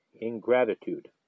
ingratitude